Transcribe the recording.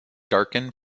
darken